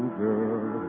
girl